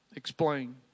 explain